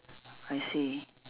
I see